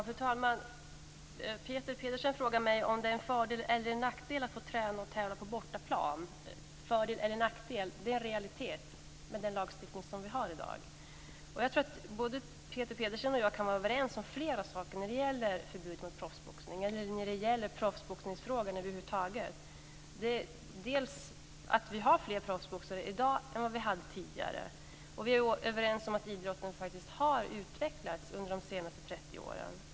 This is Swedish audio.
Fru talman! Peter Pedersen frågar mig om det är en fördel eller en nackdel att få träna och tävla på bortaplan. Fördel eller nackdel - det är en realitet med den lagstiftning som vi har i dag. Jag tror att Peter Pedersen och jag kan vara överens om flera saker när det gäller förbud mot proffsboxning eller när det över huvud taget gäller proffsboxningsfrågan. Det gäller dels att vi har fler proffsboxare i dag än vad vi hade tidigare, dels att idrotten faktiskt har utvecklats under de senaste 30 åren.